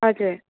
हजुर